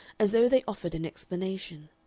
as though they offered an explanation.